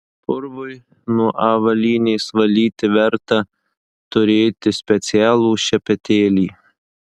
purvui nuo avalynės valyti verta turėti specialų šepetėlį